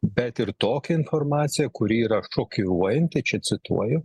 bet ir tokią informaciją kuri yra šokiruojanti čia cituoju